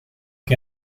que